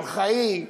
ארכאי,